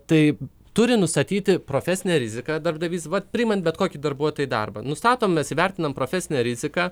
tai turi nustatyti profesinę riziką darbdavys vat priimant bet kokį darbuotoją į darbą nustatom mes įvertinam profesinę riziką